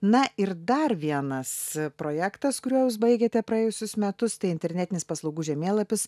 na ir dar vienas projektas kuriuo jūs baigėte praėjusius metus tai internetinis paslaugų žemėlapis